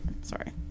sorry